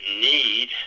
need